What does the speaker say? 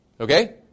Okay